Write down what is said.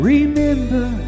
Remember